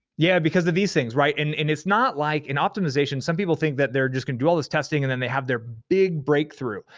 yeah, because of these things, right? and and it's not like, and optimization, some people think that they're just gonna do all this testing and then they have their big breakthrough,